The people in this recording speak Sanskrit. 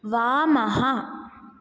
वामः